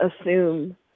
assume